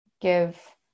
give